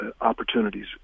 opportunities